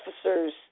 officers